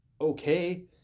okay